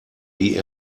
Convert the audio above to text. die